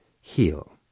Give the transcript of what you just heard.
heal